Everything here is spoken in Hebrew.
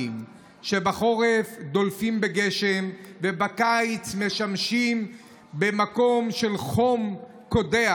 שבחורף דולפים בגשם ובקיץ משמשים במקום של חום קודח,